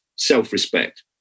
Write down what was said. Self-respect